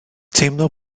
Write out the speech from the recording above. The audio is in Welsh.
teimlo